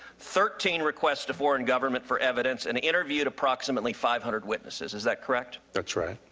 thirteen request of foreign government for evidence and interviewed approximately five hundred witnesses. is that correct? that's right.